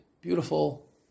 Beautiful